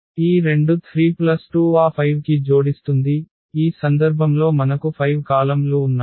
ఈ రెండు 32 ఆ 5 కి జోడిస్తుంది ఈ సందర్భంలో మనకు 5 కాలమ్ లు ఉన్నాయి